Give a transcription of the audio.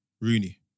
Rooney